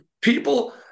People